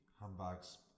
handbags